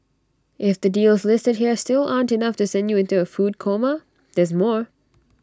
if the deals listed here still aren't enough to send you into A food coma there's more